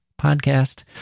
podcast